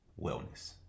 Wellness